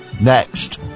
next